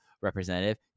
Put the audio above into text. representative